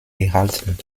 gehalten